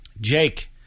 Jake